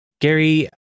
Gary